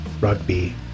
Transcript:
Rugby